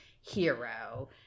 hero